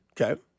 Okay